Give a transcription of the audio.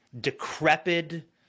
decrepit